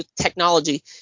technology